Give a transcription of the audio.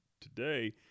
today